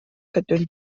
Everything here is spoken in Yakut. көтөн